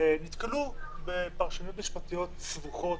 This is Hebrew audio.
נתקלו בפרשנויות משפטיות סבוכות,